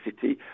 city